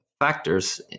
factors